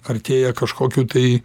artėja kažkokių tai